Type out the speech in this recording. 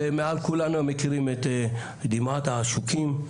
ומעל כולנו מכירים את דמעת העשוקים,